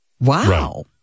wow